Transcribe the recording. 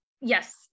yes